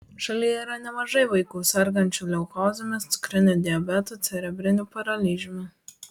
šalyje yra nemažai vaikų sergančių leukozėmis cukriniu diabetu cerebriniu paralyžiumi